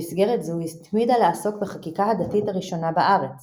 במסגרת זו התמידה לעסוק בחקיקה הדתית הראשונה בארץ